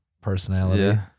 personality